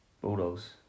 Bulldogs